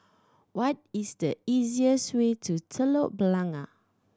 what is the easiest way to Telok Blangah